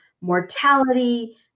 mortality